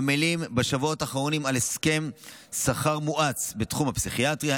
עמלים בשבועות האחרונים על הסכם שכר מואץ בתחום הפסיכיאטריה,